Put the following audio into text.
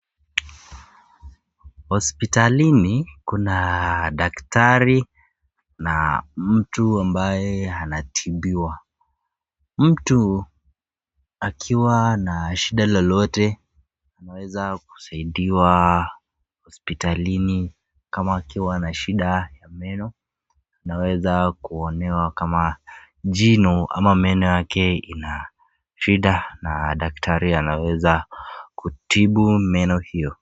Hospitalini kuna daktari na mtu ambaye anatibiwa mtu akiwa na shida lolote anaweza kusaidiwa hospitalini kama akiwa na shida ya meno, anaweza kuonewa kama jino ama meno yake inashida na daktari anaweza kutibu meno hiyo.